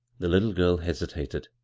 the little girl hesitated,